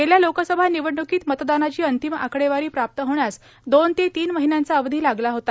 गेल्या लोकसभा निवडणुकीत मतदानाची अंतिम आकडेवारी प्राप्त होण्यास दोन ते तीन महिन्यांचा अवधी लागला होता